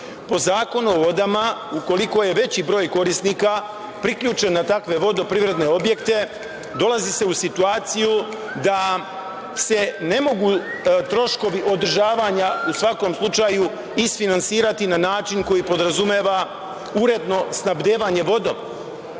Po Zakonu o vodama, ukoliko je veći broj korisnika priključen na takve vodoprivredne objekte, dolazi se u situaciji da se ne mogu troškovi održavanja u svakom slučaju isfinansirati na način koji podrazumeva uredno snabdevanje vodom. Po